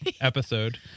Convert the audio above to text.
episode